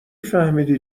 فهمیدی